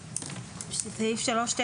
עד סעיף 3ט